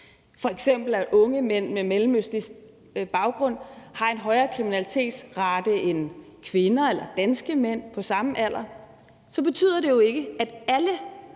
blandt unge mænd med mellemøstlig baggrund en højere kriminalitetsrate end blandt kvinder eller danske mænd på samme alder – så betyder det jo ikke, at alle